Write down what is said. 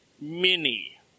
mini